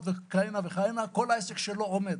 יכול להיות שהוא מטפל בעוד כהנה וכהנה כל העסק שלו עומד.